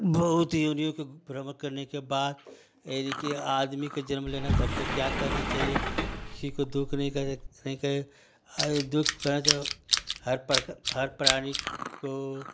बहुत योनियों के भ्रमण करने के बाद यानि कि आदमी के जनम लेना त हमको क्या करना चाहिए किसी को दुःख नहीं करे सही हर प्रकार हर प्राणी को